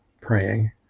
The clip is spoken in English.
praying